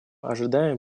ожидаем